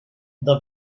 the